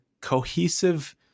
cohesive